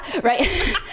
right